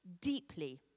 deeply